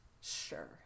Sure